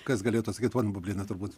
kas galėtų atsakyt ponia bubliene turbūt